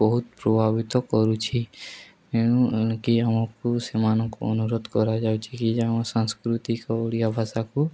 ବହୁତ ପ୍ରଭାବିତ କରୁଛି ଏଣୁ କି ଆମକୁ ସେମାନଙ୍କୁ ଅନୁରୋଧ କରାଯାଉଛି କି ଯେ ଆମ ସାଂସ୍କୃତିକ ଓଡ଼ିଆ ଭାଷାକୁ